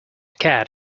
cat